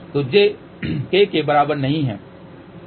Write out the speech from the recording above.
तो j k के बराबर नहीं है